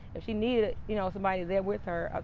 if she needed you know somebody there with her,